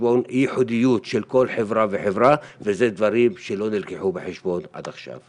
בחשבון ייחודיות של כל חברה וחברה ואלה דברים שלא נלקחו בחשבון עד עכשיו.